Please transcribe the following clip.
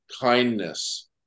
kindness